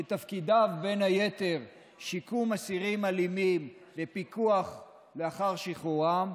שתפקידיו בין היתר שיקום אסירים אלימים ופיקוח לאחר שחרורם,